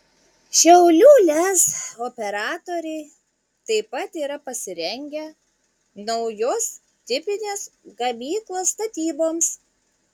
šiaulių lez operatoriai taip pat yra pasirengę naujos tipinės gamyklos statyboms